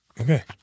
Okay